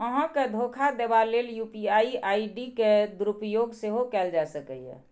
अहां के धोखा देबा लेल यू.पी.आई आई.डी के दुरुपयोग सेहो कैल जा सकैए